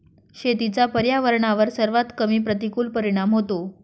शेतीचा पर्यावरणावर सर्वात कमी प्रतिकूल परिणाम होतो